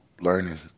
learning